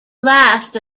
last